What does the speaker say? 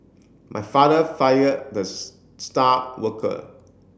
my father fired the star worker